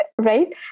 right